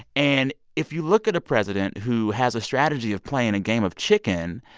and if you look at a president who has a strategy of playing a game of chicken,